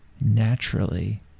naturally